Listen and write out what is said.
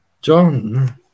John